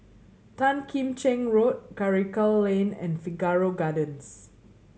Tan Kim Cheng Road Karikal Lane and Figaro Gardens